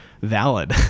valid